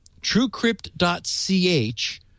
TrueCrypt.ch